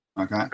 Okay